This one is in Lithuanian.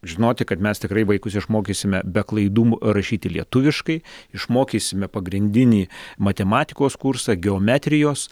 žinoti kad mes tikrai vaikus išmokysime be klaidų rašyti lietuviškai išmokysime pagrindinį matematikos kursą geometrijos